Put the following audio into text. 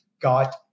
got